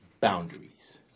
boundaries